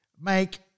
make